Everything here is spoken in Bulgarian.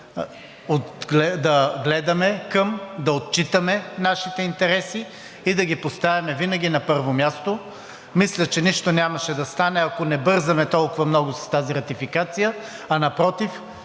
е добре да отчитаме нашите интереси и да ги поставяме винаги на първо място. Мисля, че нищо нямаше да стане, ако не бързаме толкова много с тази ратификация, а напротив,